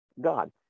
God